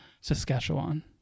Saskatchewan